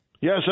Yes